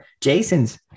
Jason's